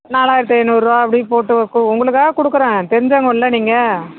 நாலாயிரத்து ஐந்நூறுரூவா அப்படி போட்டு கு உங்களுக்காக கொடுக்கறேன் தெரிஞ்சவங்க இல்லை நீங்கள்